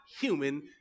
human